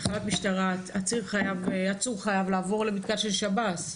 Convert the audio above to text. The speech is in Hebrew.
עצור חייב לעבור למתקן של שב"ס.